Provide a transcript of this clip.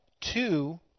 two